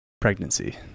pregnancy